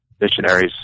missionaries